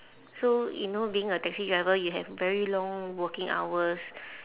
so you know being a taxi driver you have very long working hours